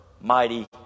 Mighty